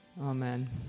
Amen